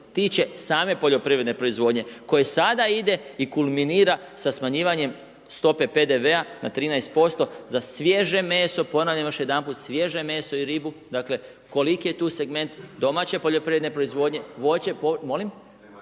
tiče same poljoprivredne proizvodnje koje sada ide i kulminira sa smanjivanjem stope PDV-a na 13% za svježe meso, ponavljam još jedanput, svježe meso i ribu, dakle koliki je tu segment domaće poljoprivrednu proizvodnje, voće…